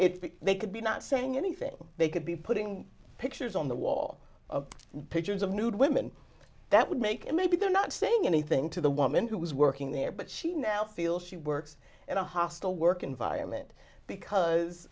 if they could be not saying anything they could be putting pictures on the wall of pictures of nude women that would make it maybe they're not saying anything to the woman who was working there but she now feels she works in a hostile work environment because